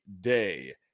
day